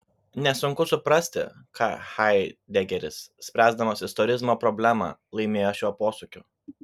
nesunku suprasti ką haidegeris spręsdamas istorizmo problemą laimėjo šiuo posūkiu